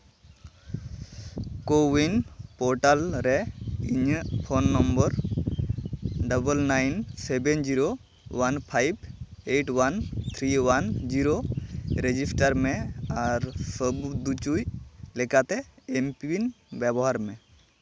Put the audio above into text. CoWIN portal ᱨᱮ ᱤᱧᱟᱹᱜ phone number double nine seven zero one five eight one three one zero register ᱢᱮ ᱟᱨ ᱥᱟᱹᱵᱩᱫᱽ ᱩᱪᱩᱭ ᱞᱮᱠᱟᱛᱮ ᱮᱢ ᱯᱤᱱ ᱵᱮᱵᱚᱦᱟᱨ ᱢᱮ